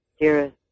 dearest